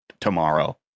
tomorrow